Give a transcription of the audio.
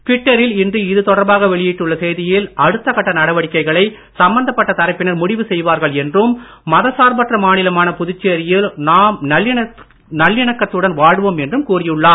டுவிட்டரில் இன்று இது தொடர்பாக வெளியிட்டுள்ள செய்தியில் அடுத்த கட்ட நடவடிக்கைகளை சம்பந்தப்பட்ட தரப்பினர் முடிவு செய்வார்கள் என்றும் மத சார்பற்ற மாநிலமான புதுச்சேரியில் நாம் நல்லிணக்கத்துடன் வாழ்வோம் என்றும் கூறியுள்ளார்